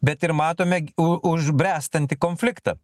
bet ir matome u užbręstantį konfliktą